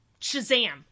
Shazam